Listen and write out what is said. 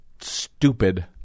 stupid